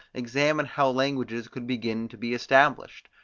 examine how languages could begin to be established.